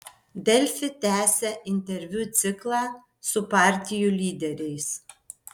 delfi tęsia interviu ciklą su partijų lyderiais